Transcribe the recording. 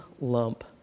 lump